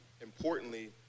Importantly